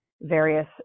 various